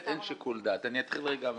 אני אתחיל מהסוף.